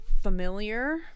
familiar